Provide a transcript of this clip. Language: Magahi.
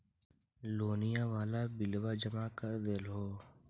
लोनिया वाला बिलवा जामा कर देलहो?